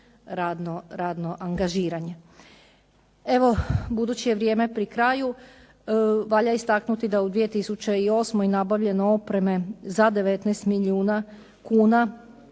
radno angažiranje. Evo, budući je vrijeme pri kraju, valja istaknuti da u 2008. nabavljeno opreme za 19 milijuna kuna,